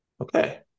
Okay